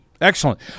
Excellent